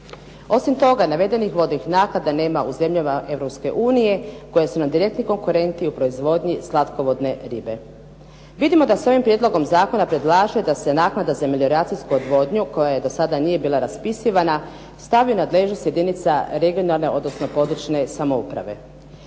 Osim toga, navedenih vodnih naknada nema u zemljama Europske unije, koje su nam direktni konkurenti u proizvodnji slatkovodne ribe. Vidimo da s ovim prijedlogom zakona predlaže da se naknada za melioracijsku odvodnju, koja do sada nije bila raspisivana, stavi u nadležnost jedinica regionalne, odnosno područne samouprave.